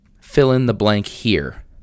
fill-in-the-blank-here